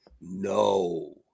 No